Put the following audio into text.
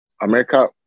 America